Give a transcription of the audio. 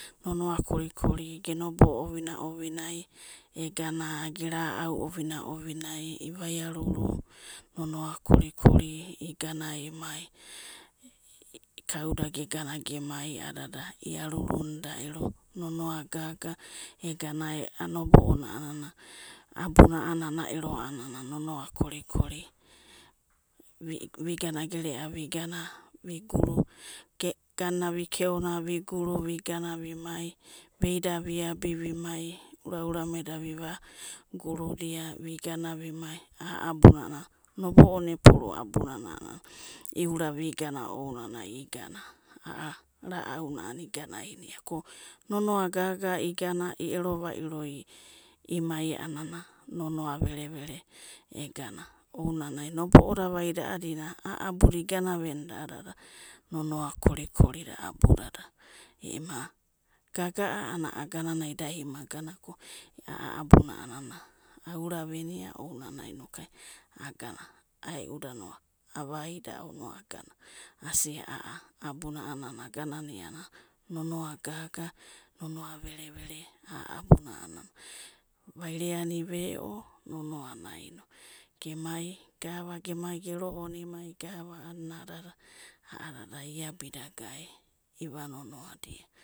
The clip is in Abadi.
Nonoa korikori, ge nobo'o ovinai, ega gera'au ovinai ovinai, i'vaiaruru i'mai. kauda ge'gana ge'mai, i'arurunida ero nonoa gaga, egana a'a nobo'ona a'a na a, abuna a'anana ero a'anana nonoa kori kori, vi gana gerea vigana viguru, garna vi keonia viguru, vigana vimai veida viabi vimai, uraurameda viva gunidia, vigana, vimai a'a abuna, nobo'ona epuni abuanana iura vigana ounanai, igana a'a ra'auna a'anana igana ko nonoa'gaga igana iero vairo imai, a'anana nonoa verevera, egana, ounanai nobo'oda vaida a'adina a'a abuda igana venidia nonoa kori korida abudada, ema gaga'a a'anana agananada ima gana ko, a'a abuna aura venia ounanai inoku aganano aeuda avaidio no agana asia abuna a'anana aganania nonoagaga nonoa vere vere a'a abuna a'anana, vaireani ve'o nonoa'naino gemai, gava, gema ge ro'onimai. gava a'adina iabida gae iva nonoa'da.